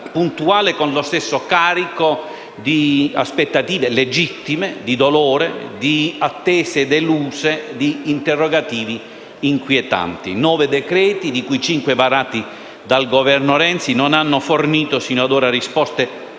puntuale con lo stesso carico di legittime aspettative, di dolore, di attese deluse e di interrogativi inquietanti. Nove decreti-legge, di cui cinque varati dal Governo Renzi, non hanno fornito sino ad ora risposte